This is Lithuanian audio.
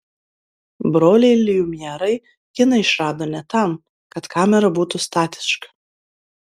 broliai liumjerai kiną išrado ne tam kad kamera būtų statiška